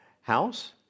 House